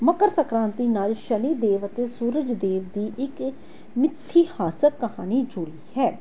ਮਕਰ ਸੰਕ੍ਰਾਂਤੀ ਨਾਲ਼ ਸ਼ਨੀ ਦੇਵ ਅਤੇ ਸੂਰਜ ਦੇਵ ਦੀ ਇੱਕ ਮਿਥਿਹਾਸਿਕ ਕਹਾਣੀ ਜੁੜੀ ਹੈ